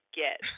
get